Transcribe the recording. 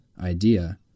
idea